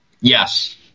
Yes